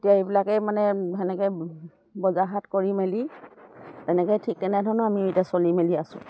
এতিয়া এইবিলাকে মানে সেনেকে বজাৰ হাট কৰি মেলি তেনেকে ঠিক তেনেধৰণৰ আমি এতিয়া চলি মেলি আছোঁ